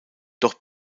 doch